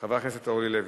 חברת הכנסת אורלי לוי.